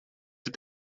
het